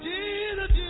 Jesus